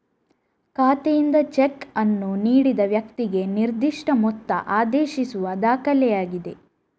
ಖಾತೆಯಿಂದ ಚೆಕ್ ಅನ್ನು ನೀಡಿದ ವ್ಯಕ್ತಿಗೆ ನಿರ್ದಿಷ್ಟ ಮೊತ್ತ ಆದೇಶಿಸುವ ದಾಖಲೆಯಾಗಿದೆ